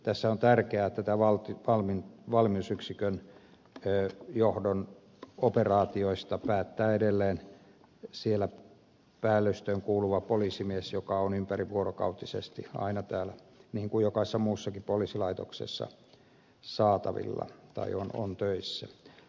tässä on tärkeää että näistä valmiusyksikön johdon operaatioista päättää edelleen siellä päällystöön kuuluva poliisimies joka on ympärivuorokautisesti aina täällä niin kuin jokaisessa muussakin poliisilaitoksessa saatavilla tai töissä